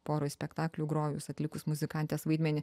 poroj spektaklių grojus atlikus muzikantės vaidmenį